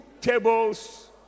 tables